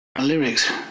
lyrics